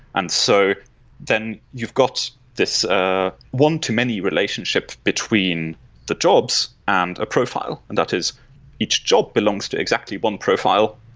and so then, you've got this ah one to many relationships between the jobs and a profile, and that is each job belongs to exactly one profile,